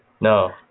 No